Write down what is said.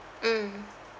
mm